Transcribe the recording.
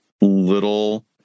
little